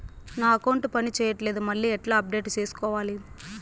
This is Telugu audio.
నా అకౌంట్ పని చేయట్లేదు మళ్ళీ ఎట్లా అప్డేట్ సేసుకోవాలి?